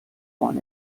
one